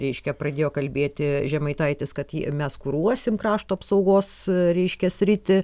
reiškia pradėjo kalbėti žemaitaitis kad jį mes kuruosim krašto apsaugos reiškia sritį